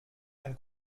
ein